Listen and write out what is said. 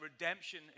redemption